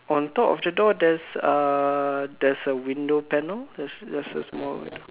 on top of the door there's a there's a window panel just a small window